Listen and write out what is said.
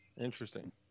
interesting